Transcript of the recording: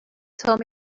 told